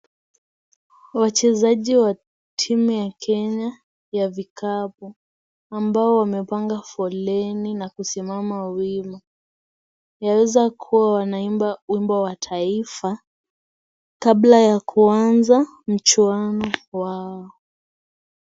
Wachezaji wa timu ya Kenya ya vikapu ambao wamepanga foleni na kusimama wawili yawezakuwa wanaimba wimbo wa taifa kabla ya kuanza mchezo wao.